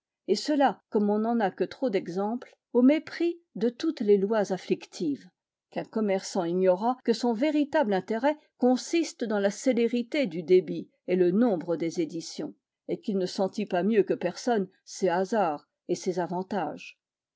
et cela comme on n'en a que trop d'exemples au mépris de toutes les lois afflictives qu'un commerçant ignorât que son véritable intérêt consiste dans la célérité du débit et le nombre des éditions et qu'il ne sentît pas mieux que personne ses hasards et ses avantages